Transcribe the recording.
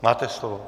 Máte slovo.